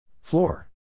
Floor